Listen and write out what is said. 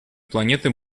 планеты